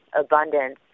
abundance